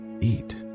eat